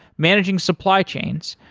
managing supply chains,